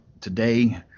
today